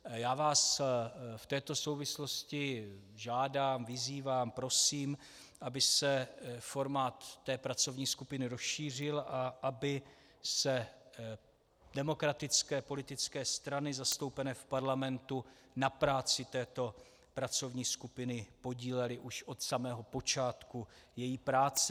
V této souvislosti vás žádám, vyzývám, prosím, aby se formát té pracovní skupiny rozšířil a aby se demokratické politické strany zastoupené v Parlamentu na práci této pracovní skupiny podílely už od samého počátku její práce.